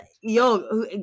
yo